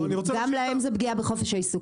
גם להם זה פגיעה בחופש העיסוק,